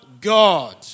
God